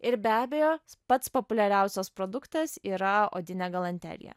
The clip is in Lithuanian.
ir be abejo pats populiariausias produktas yra odinė galanterija